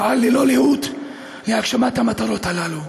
אפעל ללא לאות להגשמת המטרות הללו.